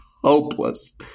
hopeless